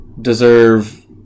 deserve